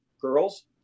girls